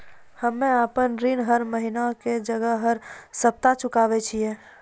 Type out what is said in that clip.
हम्मे आपन ऋण हर महीना के जगह हर सप्ताह चुकाबै छिये